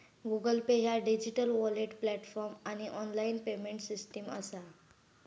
Google Pay ह्या digital wallet platform आणि online payment system असा